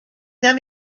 them